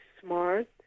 smart